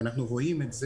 ואנו רואים זאת